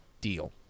deal